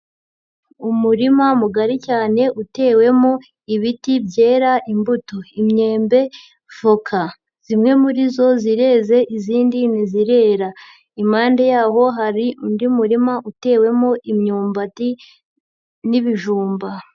Umurima mugari cyane utewemo ibiti byera imbuto, imyembe, voka, zimwe muri zo zireze izindi ntizirera, impande yaho hari undi murima utewemo imyumbati n'ibijumba.